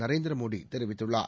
நரேந்திரமோடி தெரிவித்துள்ளார்